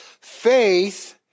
Faith